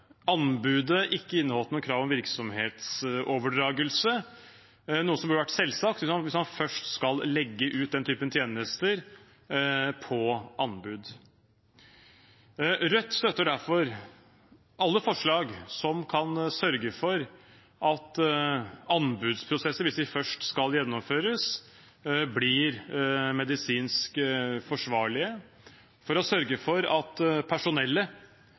anbudet ikke inneholdt noe krav om virksomhetsoverdragelse, noe som burde vært selvsagt hvis man først skal legge ut den typen tjenester på anbud. Rødt støtter derfor alle forslag som kan sørge for at anbudsprosesser, hvis de først skal gjennomføres, blir medisinsk forsvarlige, sørge for at personellet